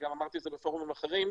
ואמרתי את זה גם בפורומים אחרים,